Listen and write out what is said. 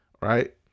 right